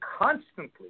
constantly